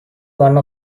one